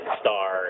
star